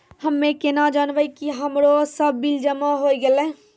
हम्मे केना जानबै कि हमरो सब बिल जमा होय गैलै?